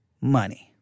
money